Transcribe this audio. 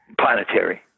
planetary